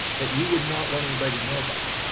that you would not want anybody to know about,